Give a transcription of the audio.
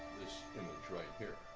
this image right here.